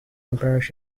embarrass